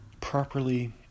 properly